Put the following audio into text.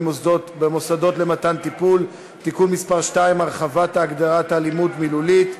במוסדות למתן טיפול (תיקון מס' 2) (הרחבת ההגדרה "אלימות מילולית"),